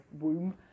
womb